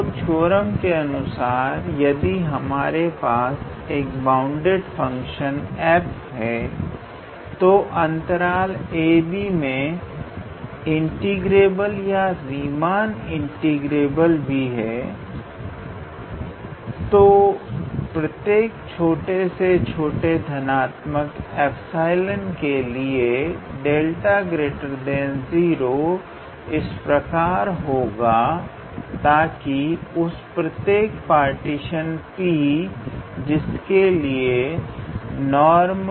तो थ्योरम के अनुसार यदि हमारे पास एक बाउंडैड फंक्शन f है जो अंतराल ab मे इंटीग्रेबल या रीमान इंटीग्रेबल भी है तो प्रत्येक छोटे से छोटे धनात्मक 𝜖 के लिए एक 𝛿 0 इस तरह का होगा ताकि उस प्रत्येक पार्टीशन P जिसके लिए नॉर्म